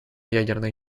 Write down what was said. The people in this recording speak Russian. ядерный